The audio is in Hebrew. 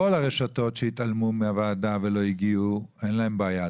כל הרשתות שהתעלמו מהוועדה ולא הגיעו אין להם בעיה,